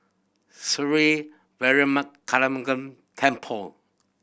Sri Veeramakaliamman Temple